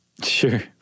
Sure